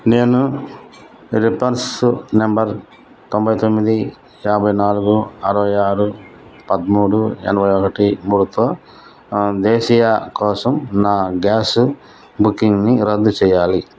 నేను reference number తొంభై తొమ్మిది యాభై నాలుగు అరవై ఆరు పదమూడు ఎనభై ఒకటి మూడుతో దేశీయ కోసం నా గ్యాస్ బుకింగ్ని రద్దు చేయాలి